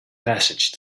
passage